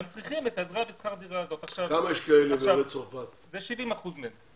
הם צריכים את העזרה בשכר דירה, זה 70% מהם.